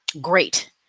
great